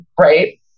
right